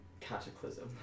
cataclysm